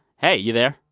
hey. you there?